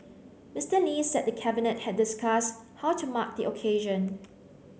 Mister Lee said the Cabinet had discuss how to mark the occasion